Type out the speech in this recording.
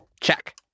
Check